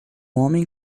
homem